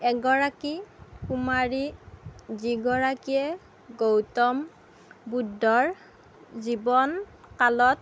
এগৰাকী কুমাৰী যিগৰাকীয়ে গৌতম বুদ্ধৰ জীৱনকালত